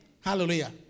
Hallelujah